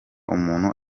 umuntu